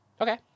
okay